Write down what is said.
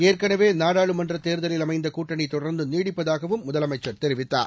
ஏற்கனவே நாடாளுமன்றத் தேர்தலில் அமைந்த கூட்டணி தொடர்ந்து நீடிப்பதாகவும் முதலமைச்சர் தெரிவித்தார்